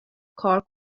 کار